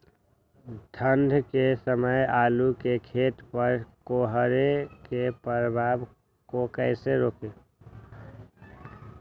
ठंढ के समय आलू के खेत पर कोहरे के प्रभाव को कैसे रोके?